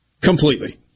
Completely